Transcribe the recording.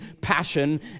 passion